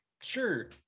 sure